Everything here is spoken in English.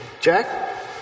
Jack